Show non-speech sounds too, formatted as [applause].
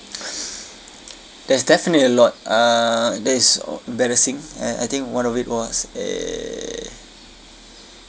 [noise] there's definitely a lot uh there's uh embarrassing uh I think one of it was a